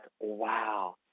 wow